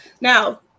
now